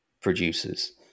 producers